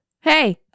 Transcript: hey